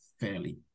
fairly